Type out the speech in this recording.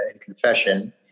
confession